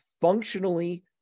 functionally